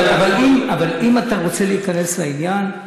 אבל אם אתה רוצה להיכנס לעניין,